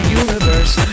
universe